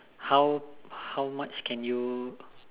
how how much can you